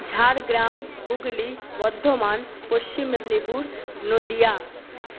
Jhargram Hooghly Bardhaman Paschim Medinipur Nadia